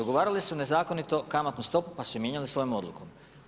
Ugovarale su nezakonito kamatnu stopu, pa su je mijenjale svojom odlukom.